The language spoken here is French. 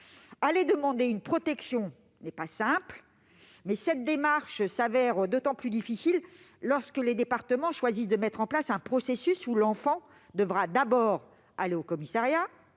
Demander une protection n'est pas simple. Cette démarche se révèle d'autant plus difficile lorsque les départements choisissent de mettre en place un processus où l'enfant devra d'abord aller au commissariat